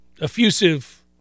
effusive